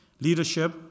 leadership